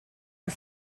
are